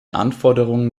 anforderungen